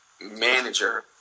manager